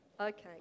okay